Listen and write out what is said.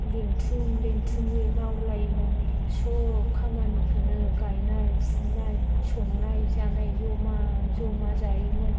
लिंथुम लिंथुमयै मावलायोमोन सब खामानिखोनो गायनाय फुनाय संनाय जानाय जमा जमा जायोमोन